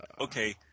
okay